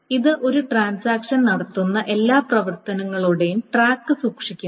ഇത് ഒരു ട്രാൻസാക്ഷൻ നടത്തുന്ന എല്ലാ പ്രവർത്തനങ്ങളുടെയും ട്രാക്ക് സൂക്ഷിക്കുന്നു